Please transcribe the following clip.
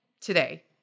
today